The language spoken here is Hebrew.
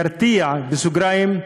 בסוגריים,